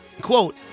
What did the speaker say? quote